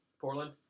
Portland